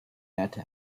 werte